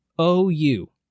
OU